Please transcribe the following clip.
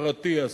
השר אטיאס,